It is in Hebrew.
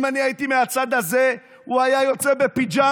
אם אני הייתי מהצד הזה, הוא היה יוצא בפיג'מה,